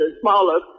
smaller